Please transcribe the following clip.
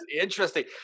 interesting